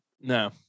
No